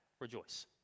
rejoice